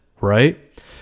right